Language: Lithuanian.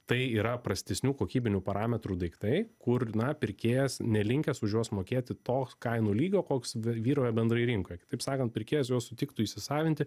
tai yra prastesnių kokybinių parametrų daiktai kur na pirkėjas nelinkęs už juos mokėti to kainų lygio koks vy vyrauja bendrai rinkoje kitaip sakant pirkėjas juos sutiktų įsisavinti